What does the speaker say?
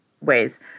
ways